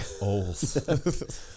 old